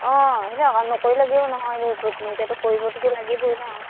অঁ নকৰি লাগেও নহয় এনে এতিয়াতো কৰিবতো লাগিবই নহয়